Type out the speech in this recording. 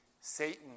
Satan